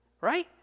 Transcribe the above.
right